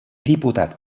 diputat